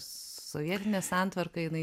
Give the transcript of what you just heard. sovietinė santvarka jinai